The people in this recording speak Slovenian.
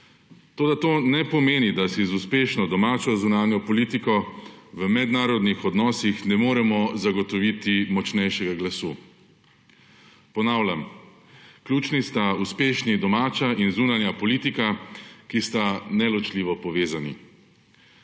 Toda to ne pomeni, da si z uspešno domačo zunanjo politiko v mednarodnih odnosih ne moremo zagotoviti močnejšega glasu. Ponavljam, ključni sta uspešni domača in zunanja politika, ki sta neločljivo povezani.